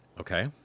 Okay